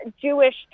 Jewish